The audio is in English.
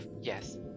yes